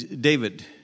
David